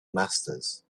masters